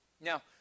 Now